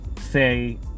say